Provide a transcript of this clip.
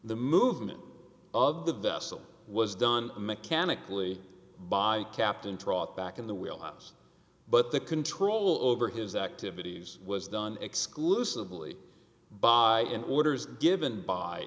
the movement of the vessel was done mechanically by captain trott back in the wheel house but the control over his activities was done exclusively by orders given by